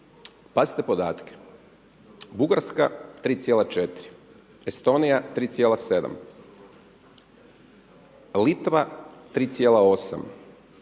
pazite podatke, Bugarska 3,4, Estonija 3,7, Litva 3,8,